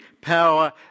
power